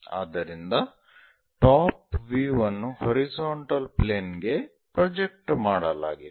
ಆದ್ದರಿಂದ top view ಅನ್ನು horizontal plane ಗೆ ಪ್ರೊಜೆಕ್ಟ್ ಮಾಡಲಾಗಿದೆ